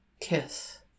kiss